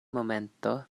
momento